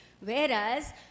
Whereas